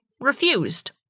refused